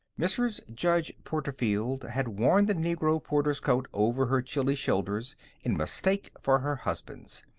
mrs. judge porterfield had worn the negro porter's coat over her chilly shoulders in mistake for her husband's.